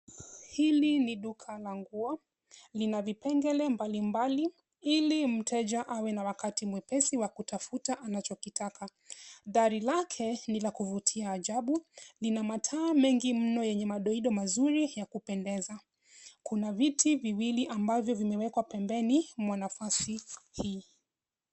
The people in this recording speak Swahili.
Hili ni duka la nguo, lina vipengele mbaili mbali ili mteja awe na wakati mwepesi wa kutafuata anachokitaka. Dhali lake ni la kuvuti ajabu, lina mataa mengini mno yenye madoido mazuri ya kupendeza. Kuna viti viwili ambavyo vimewekwa pembeni mwa nafasi hii.